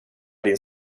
din